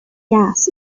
gas